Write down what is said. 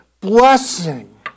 blessing